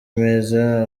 meza